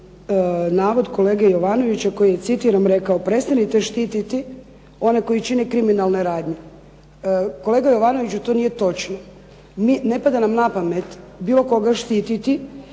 navod kolege Jovanovića koji je citiram rekao: „Prestanite štititi one koji čine kriminalne radnje“. Kolega Jovanoviću to nije točno, ne pada nam na pamet bilo koga štititi